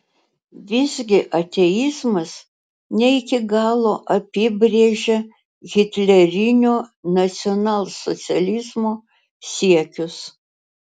visgi ateizmas ne iki galo apibrėžia hitlerinio nacionalsocializmo siekius